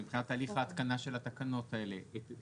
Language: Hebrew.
מבחינת הליך ההתקנה של התקנות האלה את